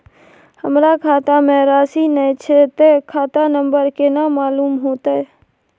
हमरा खाता में राशि ने छै ते खाता नंबर केना मालूम होते?